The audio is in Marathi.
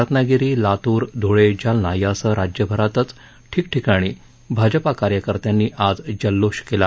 रत्नागिरी लातूर धुळे जालना यासह राज्यभरातच ठिकठिकाणी भाजपा कार्यकर्त्यांनी आज जल्लोष केला